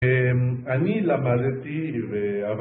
אני למדתי ועב...